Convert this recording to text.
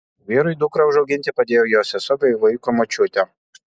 vyrui dukrą užauginti padėjo jo sesuo bei vaiko močiutė